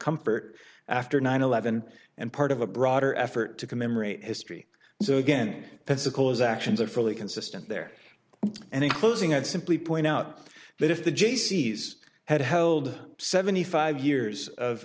comfort after nine eleven and part of a broader effort to commemorate history so again pensacola is actions are fairly consistent there and in closing i'd simply point out that if the jaycees had held seventy five years of